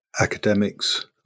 academics